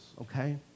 okay